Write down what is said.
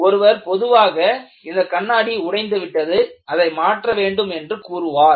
ஒருவர் பொதுவாக இந்த கண்ணாடி உடைந்து விட்டது அதை மாற்ற வேண்டும் என்று கூறுவார்